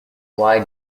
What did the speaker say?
lie